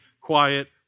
quiet